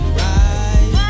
right